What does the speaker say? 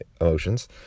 emotions